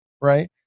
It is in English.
right